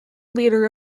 leader